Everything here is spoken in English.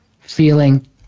feeling